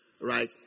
right